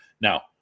Now